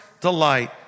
delight